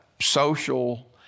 social